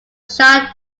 sha